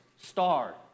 star